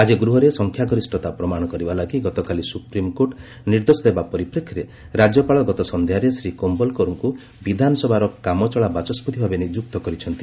ଆଜି ଗୃହରେ ସଂଖ୍ୟାଗରିଷତା ପ୍ରମାଣ କରିବାଲାଗି ଗତକାଲି ସୁପ୍ରିମ୍କୋର୍ଟ ନିର୍ଦ୍ଦେଶ ଦେବା ପରିପ୍ରେକ୍ଷୀରେ ରାଜ୍ୟପାଳ ଗତ ସନ୍ଧ୍ୟାରେ ଶ୍ରୀ କୋଲାମ୍ବକରଙ୍କୁ ବିଧାନସଭାର କାମଚଳା ବାଚସ୍କତି ଭାବେ ନିଯୁକ୍ତ କରିଛନ୍ତି